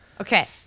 Okay